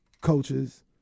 coaches